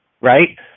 right